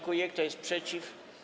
Kto jest przeciw?